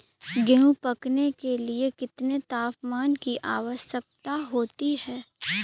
गेहूँ पकने के लिए कितने तापमान की आवश्यकता होती है?